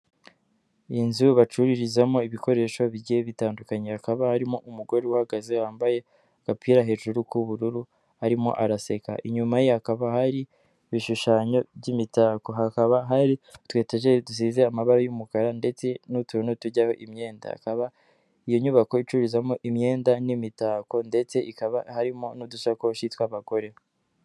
Iyi nzu bacururizamo ibikoresho bigiye bitandukanye hakaba harimo umugore uhagaze wambaye agapira hejuru k'ubururu arimo araseka, inyuma ye hakaba hari ibishushanyo by'imitako, hakaba hari utu etajeri dusize amabara y'umukara ndetse n'utuntu tujyaho imyenda ikaba iyo nyubako icurizamo imyenda n'imitako ndetse ikaba harimo n'udusakoshi tw'abagore.